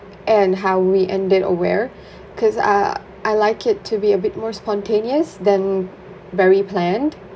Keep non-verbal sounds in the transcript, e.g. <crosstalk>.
and how we ended or where <breath> cause uh I'd like it to be a bit more spontaneous than very planned